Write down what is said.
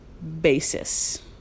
basis